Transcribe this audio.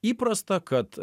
įprasta kad